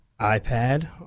ipad